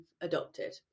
adopted